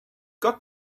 got